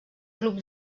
club